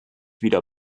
wieder